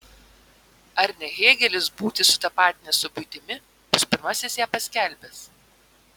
ar ne hėgelis būtį sutapatinęs su buitimi bus pirmasis ją paskelbęs